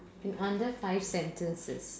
in under five sentences